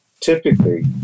typically